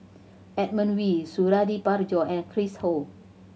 Edmund Wee Suradi Parjo and Chris Ho